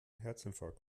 herzinfarkt